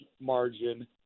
margin